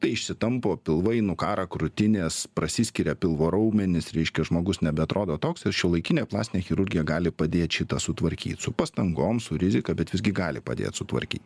tai išsitampo pilvai nukąra krūtinės prasiskiria pilvo raumenys reiškia žmogus nebeatrodo toks ir šiuolaikinė plastinė chirurgija gali padėt šitą sutvarkyt su pastangom su rizika bet visgi gali padėt sutvarkyt